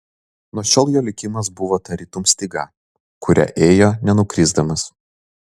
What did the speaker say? nuo šiol jo likimas buvo tarytum styga kuria ėjo nenukrisdamas